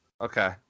Okay